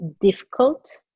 difficult